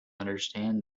understand